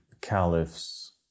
caliphs